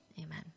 Amen